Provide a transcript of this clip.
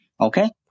Okay